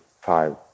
five